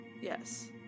yes